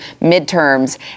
midterms